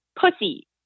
Pussy